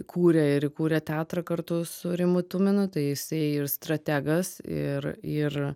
kūrė ir įkūrė teatrą kartu su rimu tuminu tai jisai ir strategas ir ir